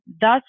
thus